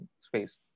space